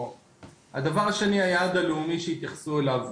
הדבר השני, היעד הלאומי שהתייחסו אליו.